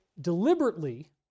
deliberately